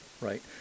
right